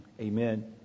Amen